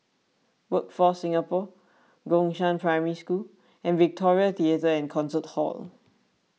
Workforce Singapore Gongshang Primary School and Victoria theatre and Concert Hall